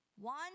One